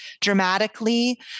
dramatically